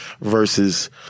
versus